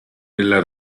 nella